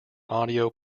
audio